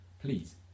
please